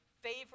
favorite